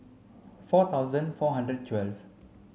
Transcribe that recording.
four thousand four hundred twelve